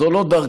זו לא דרכי.